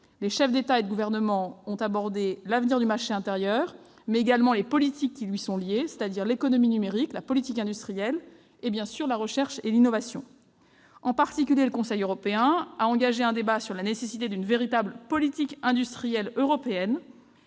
Les chefs d'État et de gouvernement ont abordé tant l'avenir du marché intérieur que les politiques qui y sont liées, notamment l'économie numérique, la politique industrielle et, bien sûr, la recherche et l'innovation. En particulier, le Conseil européen a engagé une discussion sur la nécessité d'une véritable politique industrielle européenne.